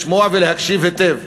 לשמוע ולהקשיב היטב.